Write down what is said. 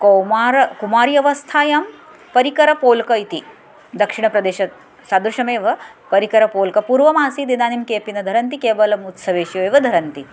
कौमारकुमारी अवस्थायां परिकरपोल्क इति दक्षिणप्रदेशसदृशमेव परिकरपोल्क पूर्वमासीत् इदानीं केपि न धरन्ति केवलम् उत्सवेषु एव धरन्ति